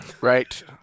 Right